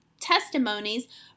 testimonies